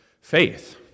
faith